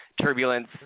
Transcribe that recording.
turbulence